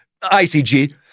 ICG